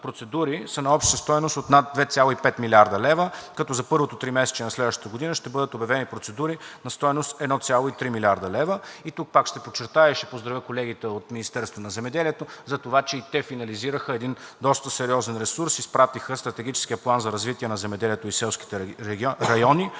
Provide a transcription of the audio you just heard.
са на обща стойност от над 2,5 млрд. лв., като за първото тримесечие на следващата година ще бъдат обявени процедури на стойност 1,3 млрд. лв. И тук пак ще подчертая и ще поздравя колегите от Министерството на земеделието за това, че и те финализираха един доста сериозен ресурс – изпратиха стратегическия План за развитие на земеделието и селските райони